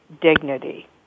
dignity